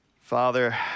Father